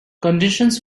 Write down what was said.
conditions